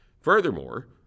Furthermore